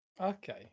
okay